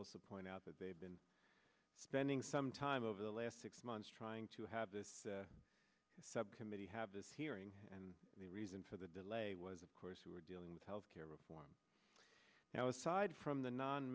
also point out that they have been spending some time over the last six months trying to have this subcommittee have this hearing and the reason for the delay was of course who are dealing with health care reform now aside from the non